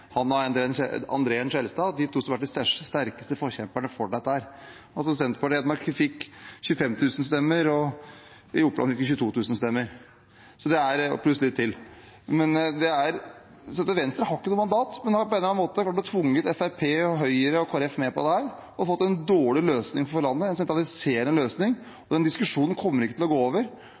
han og André N. Skjelstad, de to som har vært to av de sterkeste forkjemperne for dette. Senterpartiet fikk 25 000 stemmer i Hedmark, i Oppland fikk vi 22 000 stemmer pluss litt til. Så Venstre har ikke noe mandat, men har på en eller annen måte klart å tvinge Fremskrittspartiet, Høyre og Kristelig Folkeparti med på dette og fått en dårlig løsning for landet, en sentraliserende løsning. Denne diskusjonen kommer ikke til å gå over.